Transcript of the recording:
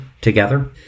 together